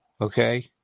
okay